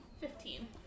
Fifteen